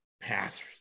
passers